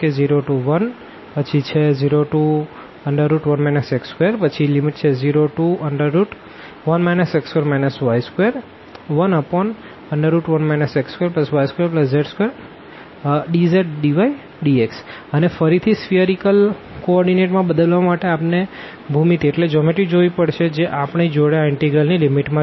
0101 x201 x2 y211 x2y2z2dzdydx અને ફરીથી spherical coordinate માં બદલવા માટે આપણે ભૂમિતિ જોવી પડશે જે આપણી જોડે આ ઇનટેગ્રલ ની લીમીટ માં છે